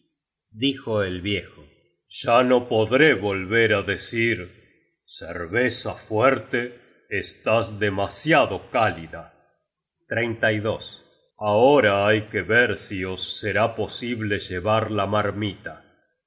dijo el viejo ya no podré volver á decir cerveza fuerte estás demasiado cálida ahora hay que ver si os será posible llevar la marmita